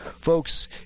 Folks